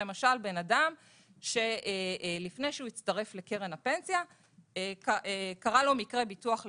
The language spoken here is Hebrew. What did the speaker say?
בן אדם שלפני שהוא הצטרף לקרן הפנסיה קרה לו מקרה ביטוח לבבי.